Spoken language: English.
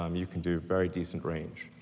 um you can do very decent range,